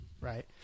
right